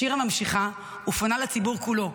שירה ממשיכה ופונה לציבור כולו,